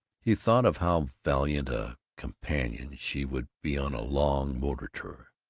he thought of how valiant a companion she would be on a long motor tour,